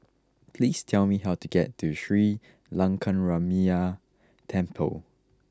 please tell me how to get to Sri Lankaramaya Temple